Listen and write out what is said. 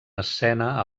escena